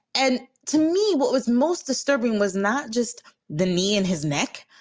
and to me, what was most disturbing was not just the knee and his neck,